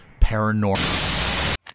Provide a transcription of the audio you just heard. paranormal